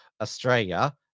australia